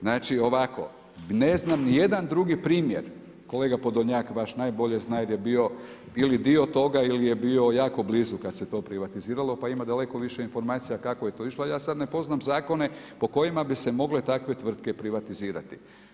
Znači ovako, ne znam nijedan drugi primjer kolega Podolnjak vaš najbolje zna jer je bio ili dio toga ili je bio jako blizu kada se to privatiziralo, pa ima daleko više informacija kako je to išlo, a ja sada ne poznam zakone po kojima bi se mogle takve tvrtke privatizirati.